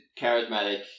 charismatic